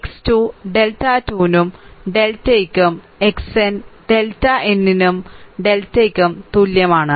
x 2 delta 2 ന് ഡെൽറ്റയ്ക്കും xn delta n ന് ഡെൽറ്റയ്ക്കും തുല്യമാണ്